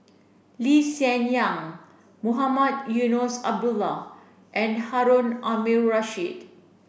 Lee Hsien Yang Mohamed Eunos Abdullah and Harun Aminurrashid